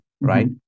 right